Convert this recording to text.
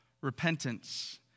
Repentance